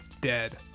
dead